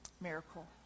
miracle